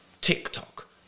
TikTok